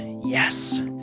Yes